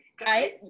Right